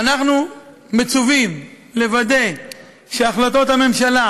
אנחנו מצווים לוודא שהחלטות הממשלה,